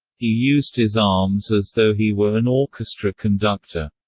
he used his arms as though he were an orchestra conductor.